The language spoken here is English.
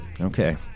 Okay